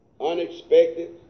unexpected